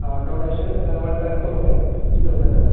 ആ donation one lakh പുറമെ fifty thousand അല്ലേ